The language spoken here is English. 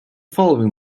following